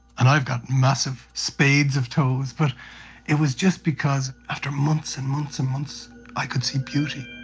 and i've got massive spades of toes, but it was just because after months and months and months i could see beauty.